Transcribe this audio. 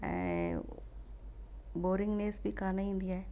ऐं बोरिंगनेस बि कान ईंदी आहे